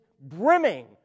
brimming